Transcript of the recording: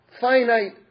finite